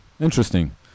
Interesting